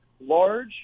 large